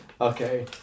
okay